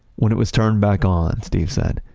when it was turned back on, steve said,